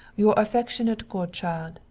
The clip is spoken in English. your affeckshunate godchild,